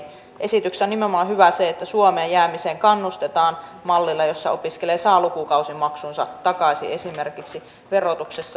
esityksessä on hyvää nimenomaan se että suomeen jäämiseen kannustetaan mallilla jossa opiskelija saa lukukausimaksunsa takaisin esimerkiksi verotuksessa